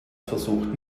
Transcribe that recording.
versucht